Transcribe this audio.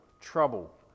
trouble